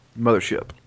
Mothership